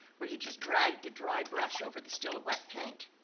where he just dragged a dry brush over the still wet paint.